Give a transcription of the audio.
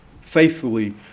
faithfully